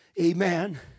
amen